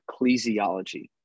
ecclesiology